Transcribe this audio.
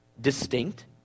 Distinct